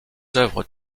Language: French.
œuvres